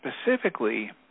specifically